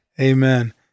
Amen